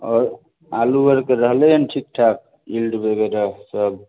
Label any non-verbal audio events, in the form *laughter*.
आओर आलू अर के रहलैय हन ठीक ठाक *unintelligible* सब